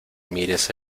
mires